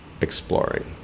exploring